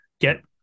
Get